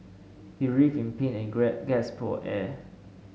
he writhed in pain and gasped for air